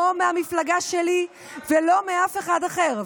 לא מהמפלגה שלי ולא מאף אחד אחר.